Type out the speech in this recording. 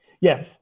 yes